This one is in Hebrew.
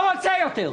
לא רוצה יותר.